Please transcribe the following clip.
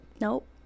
Nope